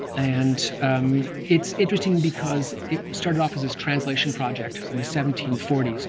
and it's interesting because it started off as this translation project in the seventeen forty s.